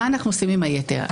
מה אנחנו עושים עם היתר?